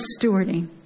stewarding